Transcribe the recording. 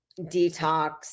detox